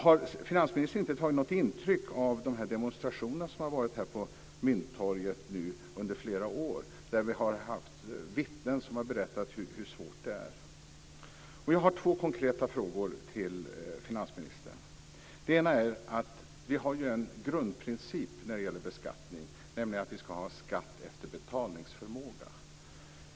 Har finansministern inte tagit intryck av de demonstrationer som har förekommit på Mynttorget under flera år, där vittnen har berättat hur svårt det är? Jag har två konkreta frågor till finansministern. Den ena gäller den grundprincip som vi har när det gäller beskattning, nämligen att vi ska ha skatt efter betalningsförmåga.